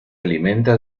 alimenta